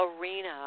arena